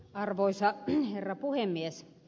arvoisa herra puhemies